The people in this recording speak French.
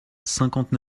cinquante